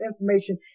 information